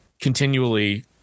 continually